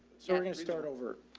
so we're going to start over.